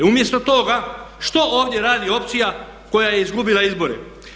Umjesto toga što ovdje radi opcija koja je izgubila izbore?